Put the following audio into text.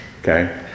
Okay